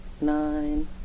Nine